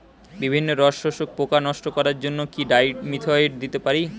বিভিন্ন রস শোষক পোকা নষ্ট করার জন্য কি ডাইমিথোয়েট দিতে পারি?